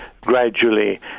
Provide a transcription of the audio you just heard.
gradually